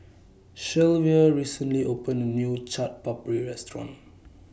Shelvia recently opened A New Chaat Papri Restaurant